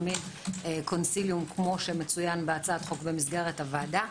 שילוב כפי שמצוין בהצעת החוק במסגרת הוועדה.